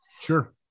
Sure